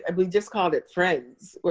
and we just called it, friends,